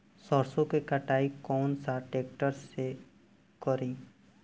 सरसों के कटाई कौन सा ट्रैक्टर से करी?